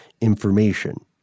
information